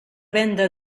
venda